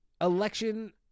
election